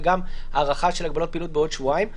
וגם הארכה של הגבלות פעילות בעוד שבועיים.